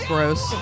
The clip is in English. Gross